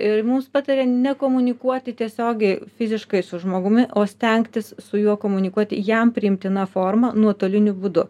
ir mums patarė nekomunikuoti tiesiogiai fiziškai su žmogumi o stengtis su juo komunikuoti jam priimtina forma nuotoliniu būdu